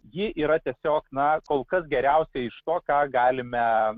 ji yra tiesiog na kol kas geriausia iš to ką galime